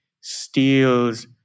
steals